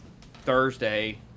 Thursday